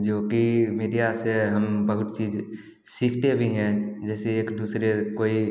जो कि मीडिया से हम बहुत चीज़ सीखते भी हैं जैसे एक दूसरे कोई